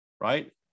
right